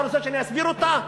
אתה רוצה שאני אסביר אותה?